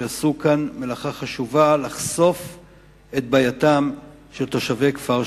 שעשו כאן מלאכה חשובה: לחשוף את בעייתם של תושבי כפר-שלם.